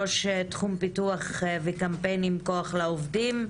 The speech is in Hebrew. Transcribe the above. ראש תחום פיתוח וקמפיינים מ"כוח לעובדים",